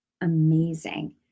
amazing